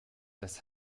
das